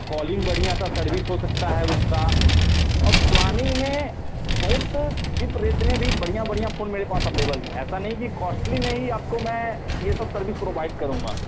calling बढ़िया सी service हो सकती है उसका और प्लानिंग में बहुत चीप रेट में भी बढ़िया बढ़िया फ़ोन मेरे पास अवेलेबल है ऐसा नहीं कि कॉस्टली में ही आपको मैं यह सब सर्विस प्रोवाइड करूँगा